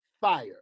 fire